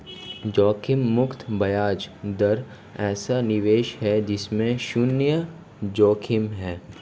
जोखिम मुक्त ब्याज दर ऐसा निवेश है जिसमें शुन्य जोखिम है